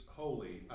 holy